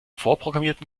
vorprogrammierten